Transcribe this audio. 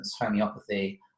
homeopathy